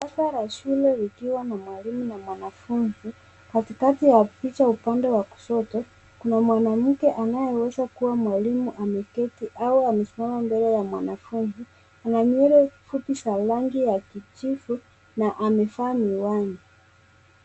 Darasa la shule likiwa na mwalimu na mwanafunzi. Katikati ya picha upande wa kushoto kuna mwanamke anayeweza kuwa mwalimu, ameketi au amesimama mbele ya mwanafunzi. Ana nywele fupi za rangi ya kijivu na amevaa miwani.